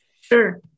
Sure